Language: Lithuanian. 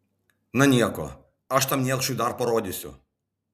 na nieko aš tam niekšui dar parodysiu